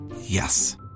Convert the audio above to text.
Yes